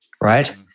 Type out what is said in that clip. right